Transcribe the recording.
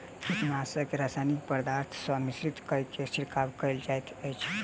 कीटनाशक के रासायनिक पदार्थ सॅ मिश्रित कय के छिड़काव कयल जाइत अछि